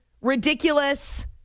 ridiculous